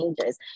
changes